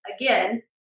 again